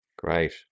Great